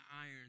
iron